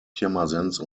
pirmasens